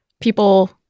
people